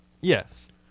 Yes